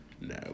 No